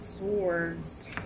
Swords